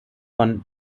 von